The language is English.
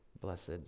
blessed